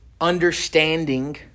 understanding